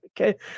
okay